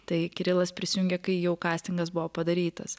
tai kirilas prisijungė kai jau kastingas buvo padarytas